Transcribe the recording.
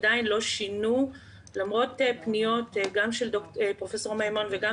עדיין לא שינו למרות פניות גם של פרופ' מימון וגם